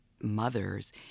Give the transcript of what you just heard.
mothers